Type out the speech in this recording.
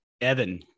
Evan